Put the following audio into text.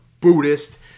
Buddhist